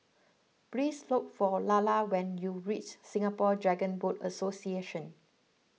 please look for Lalla when you reach Singapore Dragon Boat Association